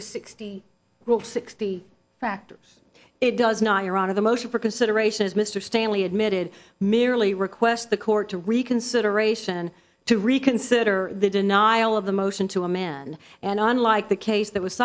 the sixty will sixty factors it does not hear out of the motion for consideration as mr stanley admitted merely requests the court to reconsideration to reconsider the denial of the motion to a man and unlike the case that was